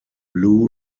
lou